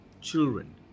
children